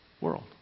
world